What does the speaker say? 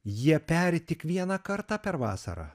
jie peri tik vieną kartą per vasarą